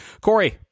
Corey